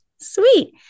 sweet